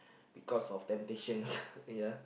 because of temptations ya